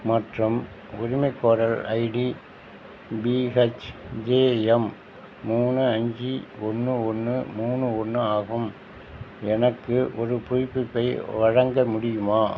மற்றும் உரிமைக் கோரல் ஐடி பிஹச்ஜேஎம் மூணு அஞ்சு ஒன்று ஒன்று மூணு ஒன்று ஆகும் எனக்கு ஒரு புதுப்பிப்பை வழங்க முடியுமா